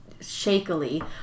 shakily